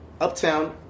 Uptown